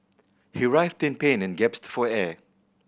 he writhed in pain and for air